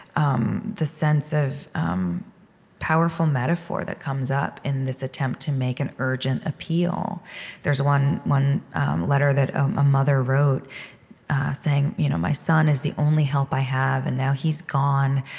um the sense of um powerful metaphor that comes up in this attempt to make an urgent appeal there's one one letter that a mother wrote saying, you know my son is the only help i have, and now he's gone.